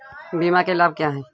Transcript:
बीमा के लाभ क्या हैं?